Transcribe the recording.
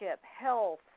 health